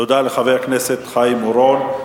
תודה לחבר הכנסת חיים אורון.